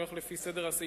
אני הולך לפי סדר הסעיפים,